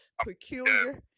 peculiar